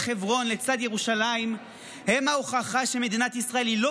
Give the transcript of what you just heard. וחברון לצד ירושלים הם ההוכחה שמדינת ישראל היא לא